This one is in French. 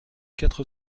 quatre